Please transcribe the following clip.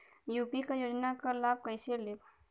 UP क योजना क लाभ कइसे लेब?